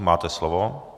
Máte slovo.